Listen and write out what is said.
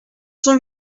son